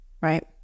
right